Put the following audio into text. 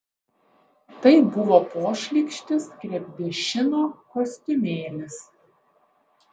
tai buvo pošlykštis krepdešino kostiumėlis